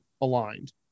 aligned